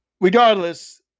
Regardless